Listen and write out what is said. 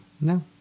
No